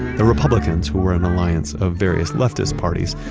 the republicans who were an alliance of various leftist parties,